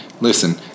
Listen